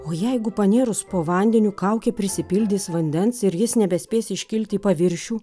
o jeigu panėrus po vandeniu kaukė prisipildys vandens ir jis nebespės iškilt į paviršių